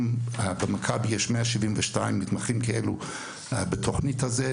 יש במכבי היום 172 מתמחים כאלו בתוכנית הזו.